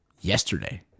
Yesterday